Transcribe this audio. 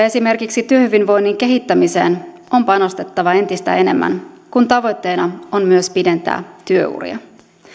esimerkiksi työhyvinvoinnin kehittämiseen on panostettava entistä enemmän kun tavoitteena on myös pidentää työuria